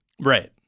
Right